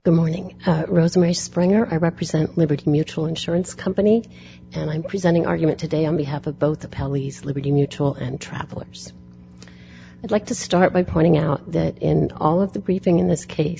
the morning resume springer i represent liberty mutual insurance company and i'm presenting argument today and we have a boat the pallies liberty mutual and travelers i'd like to start by pointing out that in all of the briefing in this case